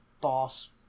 boss